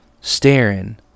staring